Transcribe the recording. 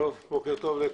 בוקר טוב.